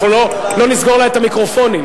אנחנו לא נסגור לה את המיקרופונים,